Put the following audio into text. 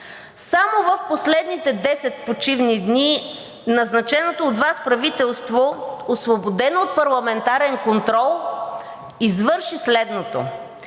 Само в последните десет почивни дни назначеното от Вас правителство, освободено от парламентарен контрол, извърши следното: